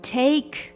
take